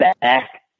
back